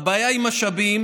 הבעיה היא משאבים.